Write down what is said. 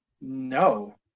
No